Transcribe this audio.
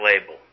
label